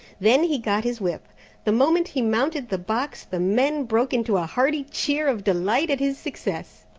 then he got his whip the moment he mounted the box, the men broke into a hearty cheer of delight at his success.